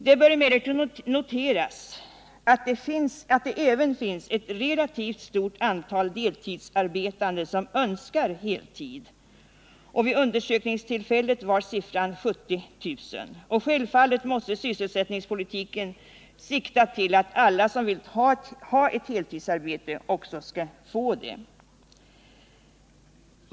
Det bör emellertid noteras att det även finns ett relativt stort antal deltidsarbetande som önskar arbeta heltid. Vid undersökningstillfället var siffran 70 000. Självfallet måste sysselsättningspolitiken sikta till att alla som vill ha ett heltidsarbete också får det.